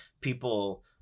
people